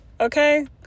okay